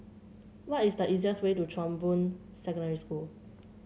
what is the easiest way to Chong Boon Secondary School